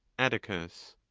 atticus.